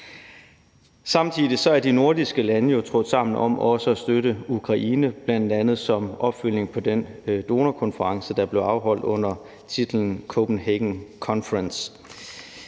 Samtidig er de nordiske lande jo trådt sammen om også at støtte Ukraine, bl.a. som opfølgning på den donorkonference, der blev afholdt under titlen Copenhagen Conference.